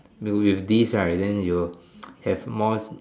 with this right then you'll have more